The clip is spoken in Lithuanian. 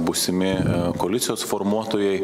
būsimi koalicijos formuotojai